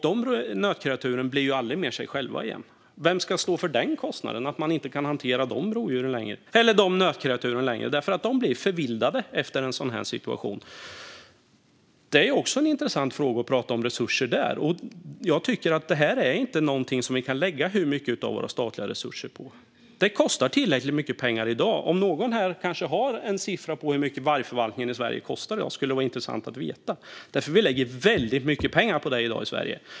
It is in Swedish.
De nötkreaturen blir aldrig mer sig själva. Vem ska stå för kostnaden när man inte längre kan hantera de nötkreaturen? De blir nämligen förvildade efter något sådant. Det är intressant att prata om resurser även där. Det här är inte något som vi kan lägga hur mycket som helst av våra statliga resurser på. Det kostar tillräckligt mycket i dag. Någon här kanske har en siffra på hur mycket vargförvaltningen i Sverige kostar i dag. Det skulle vara intressant att få veta. Vi lägger nämligen väldigt mycket pengar på det i Sverige.